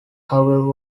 however